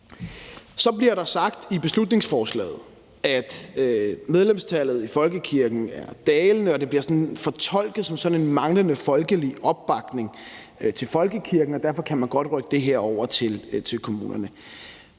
Så bliver der sagt i beslutningsforslaget, at medlemstallet i folkekirken er dalende, og det bliver sådan fortolket som en manglende folkelig opbakning til folkekirken, og at derfor kan man godt rykke det her over til kommunerne.